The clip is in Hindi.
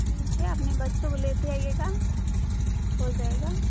ठीक है अपने बच्चों को लेते आएं